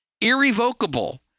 Irrevocable